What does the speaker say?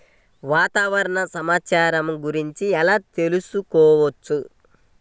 వాతావరణ సమాచారము గురించి ఎలా తెలుకుసుకోవచ్చు?